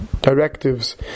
directives